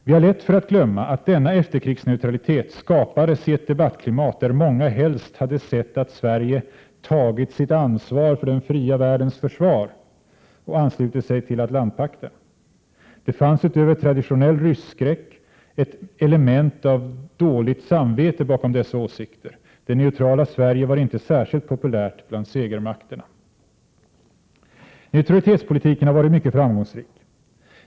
Vi har lätt för att glömma att denna efterkrigsneutralitet skapades i ett debattklimat där många helst hade sett att Sverige ”tagit sitt ansvar för den fria världens försvar” och anslutit sig till Atlantpakten. Det fanns utöver traditionell ryss-skräck ett element av dåligt samvete bakom dessa åsikter. Det neutrala Sverige var inte särskilt populärt bland segermakterna. Neutralitetspolitiken har varit mycket framgångsrik.